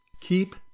keep